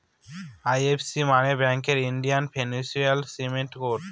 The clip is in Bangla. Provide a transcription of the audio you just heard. এই.এফ.সি মানে ব্যাঙ্কের ইন্ডিয়ান ফিনান্সিয়াল সিস্টেম কোড